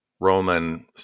Roman